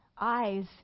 eyes